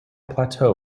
plateau